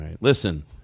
Listen